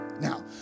Now